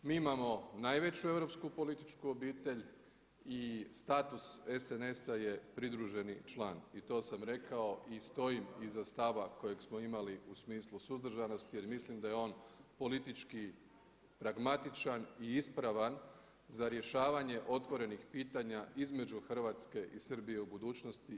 Mi imamo najveću europsku političku obitelj i status SNS-a pridruženi član i to sam rekao i stojim iza stava kojeg smo imali u smislu suzdržanosti jer mislim da je on politički pragmatična i ispravan za rješavanje otvorenih pitanja između Hrvatske i Srbije u budućnosti.